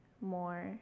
more